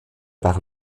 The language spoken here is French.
par